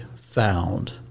found